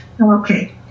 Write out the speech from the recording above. Okay